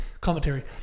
commentary